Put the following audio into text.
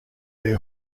their